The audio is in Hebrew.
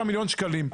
מיליון שקלים.